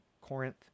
Corinth